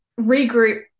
regroup